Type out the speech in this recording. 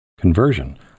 conversion